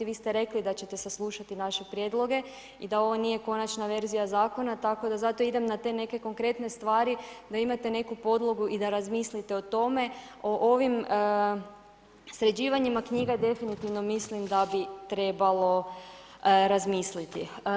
Vi ste rekli da ćete saslušati naše prijedloge i da ovo nije konačna verzija zakona, tako da zato idem na te neke konkretne stvari da imate neku podlogu i da razmislite o tome, o ovim sređivanjima knjiga definitivno mislim da bi trebalo razmisliti.